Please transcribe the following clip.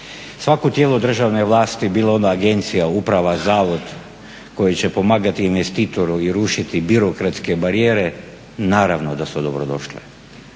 svako tijelo državne vlasti, bilo ono agencija, uprava, zavod, koje će pomagati investitoru i rušiti birokratske barijere naravno da su dobrodošle.